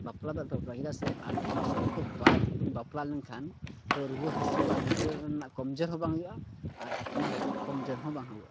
ᱵᱟᱯᱞᱟ ᱫᱚ ᱟᱫᱚ ᱪᱮᱫᱟᱜ ᱥᱮ ᱟᱴᱷᱟᱨᱚ ᱥᱟᱞ ᱠᱮ ᱵᱟᱫ ᱵᱟᱞᱯᱟ ᱞᱮᱱᱠᱷᱟᱱ ᱨᱩᱣᱟᱹ ᱦᱟᱹᱥᱩᱜᱼᱟ ᱜᱤᱫᱽᱨᱟᱹ ᱨᱮᱱᱟᱜ ᱠᱚᱢᱡᱳᱨ ᱦᱚᱸ ᱵᱟᱝ ᱦᱩᱭᱩᱜᱼᱟ ᱟᱨ ᱟᱯᱱᱟᱨ ᱦᱚᱲᱟᱜ ᱠᱚᱢᱡᱳᱨ ᱦᱚᱸ ᱵᱟᱝ ᱦᱩᱭᱩᱜᱼᱟ